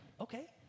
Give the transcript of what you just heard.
okay